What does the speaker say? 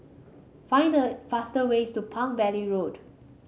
find the faster ways to Palm Valley Road